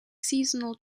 seasonal